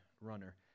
runner